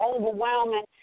overwhelming